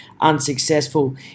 unsuccessful